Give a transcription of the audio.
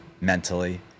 mentally